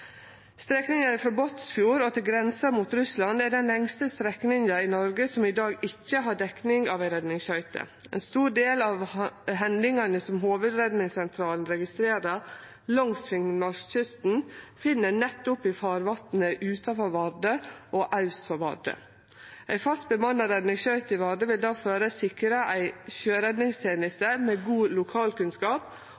til grensa mot Russland er den lengste strekninga i Noreg som i dag ikkje har dekning av ei redningsskøyte. Ein stor del av hendingane som Hovudredningssentralen registrerer langs Finnmarkskysten, finn ein nettopp i farvatnet utanfor Vardø og aust for Vardø. Ei fast bemanna redningsskøyte i Vardø vil difor sikre ei